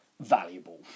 valuable